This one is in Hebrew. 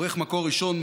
עורך מקור ראשון,